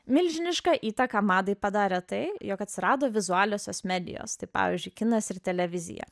milžinišką įtaką madai padarė tai jog atsirado vizualiosios medijos tai pavyzdžiui kinas ir televizija